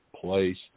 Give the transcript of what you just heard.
place